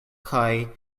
kaj